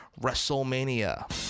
Wrestlemania